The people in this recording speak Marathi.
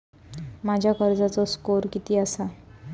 माझ्या कर्जाचो स्कोअर किती आसा?